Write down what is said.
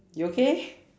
you okay